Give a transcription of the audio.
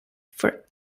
for